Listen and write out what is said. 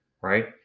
right